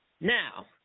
Now